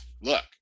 look